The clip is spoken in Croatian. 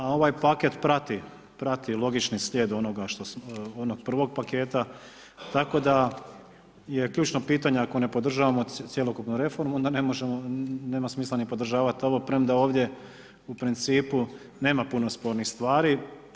A ovaj paket prati logični slijed onog prvog paketa, tako da je ključno pitanje, ako ne podržavamo cjelokupnu reformu onda ne možemo, nema smisla ni podržavati ovo premda ovdje u principu nema puno spornih stvari.